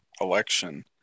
election